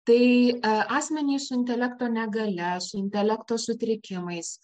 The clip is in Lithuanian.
tai asmenys su intelekto negalia su intelekto sutrikimais